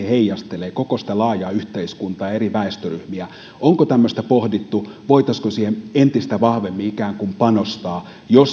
heijastelevat koko sitä laajaa yhteiskuntaa eri väestöryhmiä onko tämmöistä pohdittu voitaisiinko siihen entistä vahvemmin panostaa jo